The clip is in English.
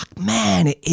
Man